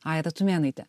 aira tumėnaite